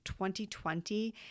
2020